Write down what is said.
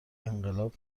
انقلاب